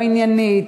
לא עניינית,